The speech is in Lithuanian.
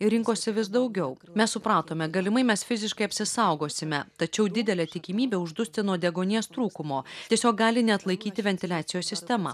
ir rinkosi vis daugiau mes supratome galimai mes fiziškai apsisaugosime tačiau didelė tikimybė uždusti nuo deguonies trūkumo tiesiog gali neatlaikyti ventiliacijos sistema